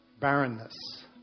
barrenness